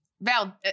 Val